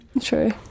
True